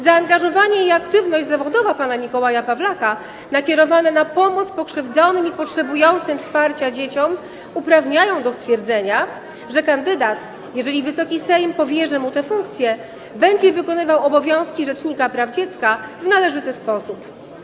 Zaangażowanie i aktywność zawodowa pana Mikołaja Pawlaka, nakierowane na pomoc pokrzywdzonym i potrzebującym wsparcia dzieciom, uprawniają do stwierdzenia, że kandydat, jeżeli Wysoki Sejm powierzy mu tę funkcję, będzie wykonywał obowiązki rzecznika praw dziecka w należyty sposób.